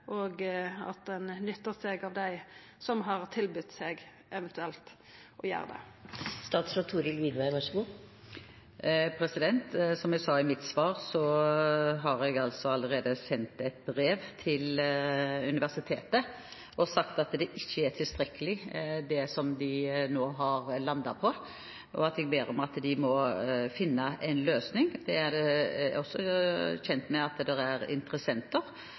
og at ein nyttar seg av dei som har tilbydd seg, eventuelt, å gjera det. Som jeg sa i mitt svar, har jeg altså allerede sendt et brev til universitetet og sagt at det som de nå har landet på, ikke er tilstrekkelig, og jeg ber om at de må finne en løsning. Jeg er også kjent med at det er interessenter,